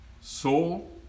soul